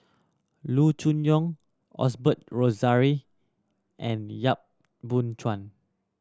Loo Choon Yong Osbert Rozario and Yap Boon Chuan